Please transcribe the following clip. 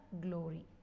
glory